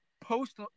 post